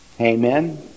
Amen